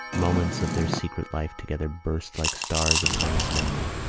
moments of their secret life together burst like stars upon his memory.